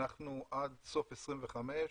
עד סוף 25'